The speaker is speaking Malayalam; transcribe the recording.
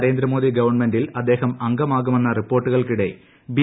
നരേന്ദ്രമോദി ഗവൺമെന്റിൽ അദ്ദേഹം അംഗമാകുമെന്ന റിപ്പോർട്ടുകൾക്കിടെ ബി